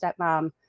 stepmom